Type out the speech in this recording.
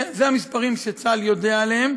זה המספרים שצה"ל יודע עליהם,